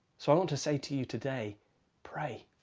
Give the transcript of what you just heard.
so, i want to say to you today pray.